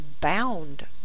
bound